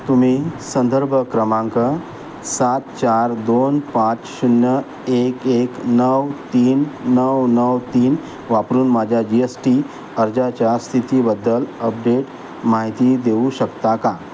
तुम्ही संदर्भ क्रमांक सात चार दोन पाच शून्य एक एक नऊ तीन नऊ नऊ तीन वापरून माझ्या जी एस टी अर्जाच्या स्थितीबद्दल अपडेट माहिती देऊ शकता का